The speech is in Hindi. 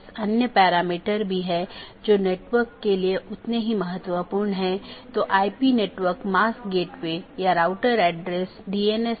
AS नंबर जो नेटवर्क के माध्यम से मार्ग का वर्णन करता है एक BGP पड़ोसी अपने साथियों को पाथ के बारे में बताता है